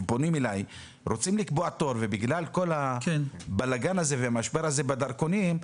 רוצים לקבוע תור ובגלל המשבר בדרכונים,